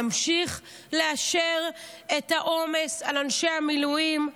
נמשיך לאשר את העומס על אנשי המילואים,